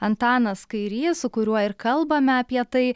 antanas kairys su kuriuo ir kalbame apie tai